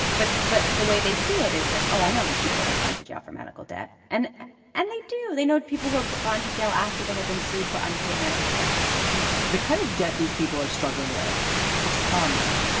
but but the way they see it is like oh i know these people who've gone to jail for medical debt and and they do they know people who have but gone to jail after they have been sued for unpaid medical bills the kind of debt these people are struggling with it's common.